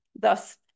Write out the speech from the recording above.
Thus